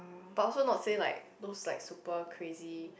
but also not say like those like super crazy